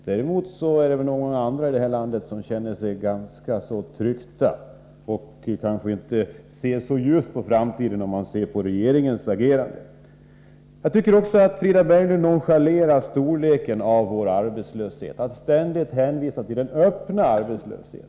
Däremot finns det andra här i landet som känner sig ganska betryckta och inte ser så ljust på framtiden, om man ser på regeringens handlande. Jag tycker också att Frida Berglund nonchalerar storleken av arbetslösheten. Det är den öppna arbetslösheten som hon ständigt hänvisar till.